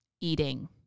Eating